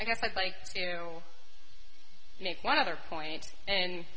i guess i'd like to make one other point and